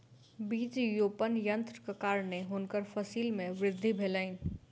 बीज रोपण यन्त्रक कारणेँ हुनकर फसिल मे वृद्धि भेलैन